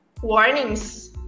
warnings